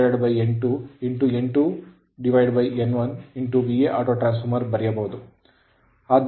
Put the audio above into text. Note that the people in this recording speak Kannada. ಆದ್ದರಿಂದ ನಾವು N2N2N1auto ಬರೆಯಬಹುದು